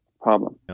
problem